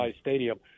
Stadium